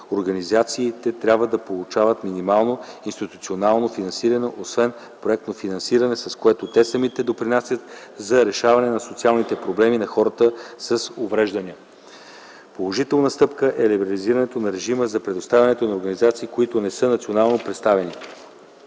Организациите трябва да получават минимално институционално финансиране, освен проектното финансиране, с което те самите допринасят за решаване на социалните проблеми на хората с увреждания. 5. Положителна стъпка е либерализирането на режима за представянето на организациите, които не са национално представителни.